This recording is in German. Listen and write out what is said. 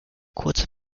kurze